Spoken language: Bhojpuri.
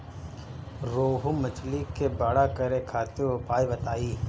रोहु मछली के बड़ा करे खातिर उपाय बताईं?